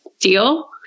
Deal